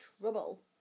trouble